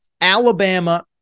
Alabama